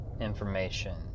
information